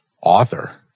author